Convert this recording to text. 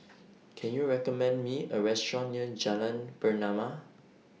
Can YOU recommend Me A Restaurant near Jalan Pernama